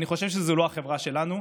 אני חושב שזו לא החברה שלנו,